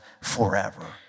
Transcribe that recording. forever